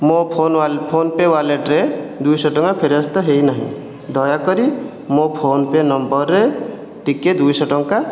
ମୋ' phone PhonePe ୱାଲେଟରେ ଦୁଇଶହ ଟଙ୍କା ଫେରସ୍ତ ହୋଇନାହିଁ ଦୟାକରି ମୋ' ଫୋନ୍ପେ ନମ୍ବରରେ ଟିକିଏ ଦୁଇଶହ ଟଙ୍କା